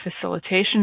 facilitation